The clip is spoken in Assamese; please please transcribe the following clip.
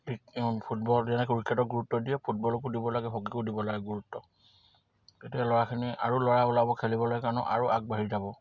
ফুটবল যেনেকে ক্ৰিকেটক গুৰুত্ব দিয়ে ফুটবলকো দিব লাগে হকীকো দিব লাগে গুৰুত্ব তেতিয়া ল'ৰাখিনি আৰু ল'ৰা ওলাব খেলিবলৈ কাৰণেও আৰু আগবাঢ়ি যাব